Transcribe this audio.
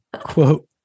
quote